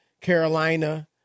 Carolina